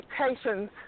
expectations